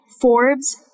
Forbes